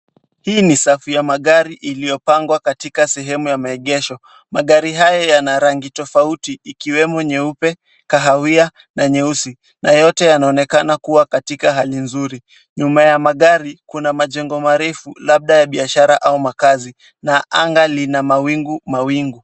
Hii ni safu ya magari iliyopangwa katika sehemu ya maegesho. Magari haya yana rangi tofauti ikiwemo nyeupe, kahawia na nyeusi na yote yanaonekana kuwa katika hali nzuri. Nyuma ya magari kuna majengo marefu labda ya biashara au makazi na anga lina mawingumawingu.